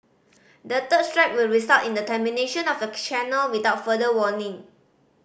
the third strike will result in the termination of the channel without further warning